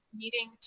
needing